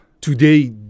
Today